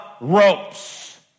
ropes